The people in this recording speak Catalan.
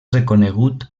reconegut